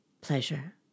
pleasure